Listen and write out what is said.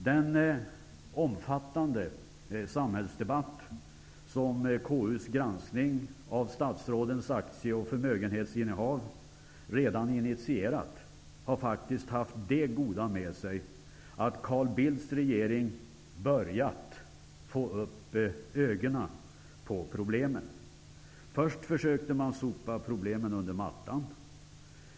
Den omfattande samhällsdebatt som KU:s granskning av statsrådens aktie och förmögenhetsinnehav redan initierat har faktiskt haft det goda med sig att Carl Bildts regering börjat få upp ögonen för problemen. Först försökte man sopa problemen under mattan.